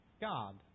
God